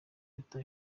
leta